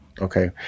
okay